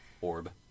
Orb